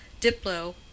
diplo